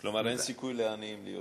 כלומר, אין סיכוי לעניים להיות